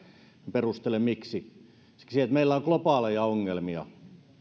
perustelen miksi siksi että meillä on globaaleja ongelmia